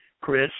Chris